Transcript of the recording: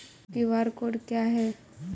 QR code क्या है?